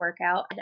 workout